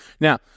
Now